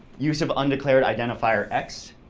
use of undeclared identifier x.